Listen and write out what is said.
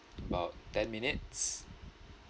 about ten minutes